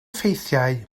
ffeithiau